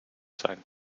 sein